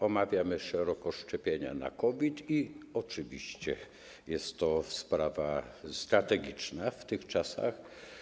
Omawiamy szeroko szczepienia przeciwko COVID i oczywiście jest to sprawa strategiczna w tych czasach.